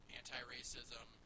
anti-racism